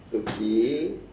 okay